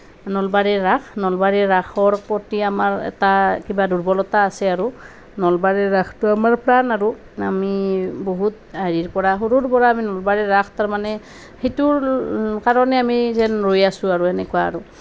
নলবাৰীৰ ৰাস নলবাৰীৰ ৰাসৰ প্ৰতি আমাৰ এটা কিবা দুৰ্বলতা আছে আৰু নলবাৰী ৰাসটো আমাৰ প্ৰাণ আৰু আমি বহুত হেৰিৰ পৰা সৰুৰ পৰা আমি নলবাৰীৰ ৰাস তাৰমানে সেইটোৰ কাৰণে যেন আমি ৰৈ আছোঁ সেনেকুৱা আৰু